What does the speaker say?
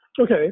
okay